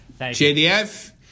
JDF